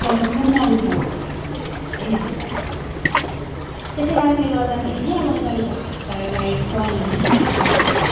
सम्पूर्ण रूपमा भूमिका रहन्छ है रहन्छ है नेपाली भाषाको भूमिका रहन्छ है रहन्छ त्यसै कारणले गर्दाखेरि नै अब नेपाली भाषालाई पनि